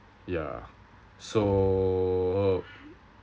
ya so